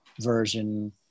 version